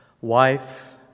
wife